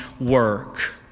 work